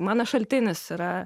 mano šaltinis yra